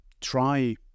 try